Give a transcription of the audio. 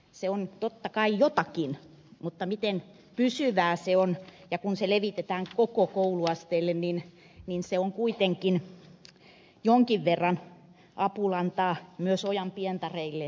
se on totta kai jotakin mutta miten pysyvää se on ja kun se levitetään koko kouluasteelle niin se on kuitenkin jonkin verran apulantaa myös ojanpientareille